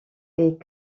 est